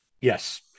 yes